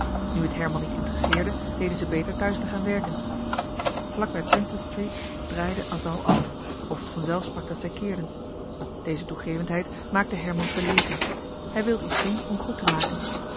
nu het herman niet interesseerde deden ze beter thuis te gaan werken vlak bij princes street draaide asal af of het vanzelf sprak dat zij keerden deze toegevendheid maakte herman verlegen hij wild johan de meester de zonde in het deftige dorp iets doen om goed te maken